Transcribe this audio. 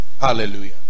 hallelujah